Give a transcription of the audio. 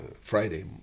Friday